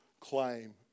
claim